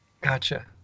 Gotcha